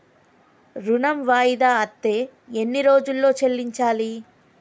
ఋణం వాయిదా అత్తే ఎన్ని రోజుల్లో చెల్లించాలి?